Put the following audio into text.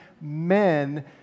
men